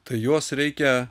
tai juos reikia